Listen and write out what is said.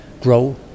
grow